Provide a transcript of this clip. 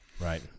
Right